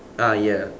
ah ya